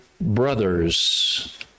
Brothers